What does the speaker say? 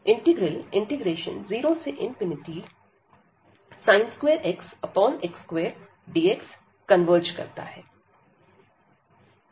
इंटीग्रल0sin2x x2dxकन्वर्ज करता है